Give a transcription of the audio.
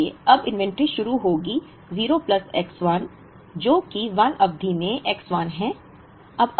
इसलिए अब इन्वेंट्री शुरू होगी 0 प्लस X 1 जो कि 1 अवधि में X 1 है